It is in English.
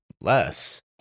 Less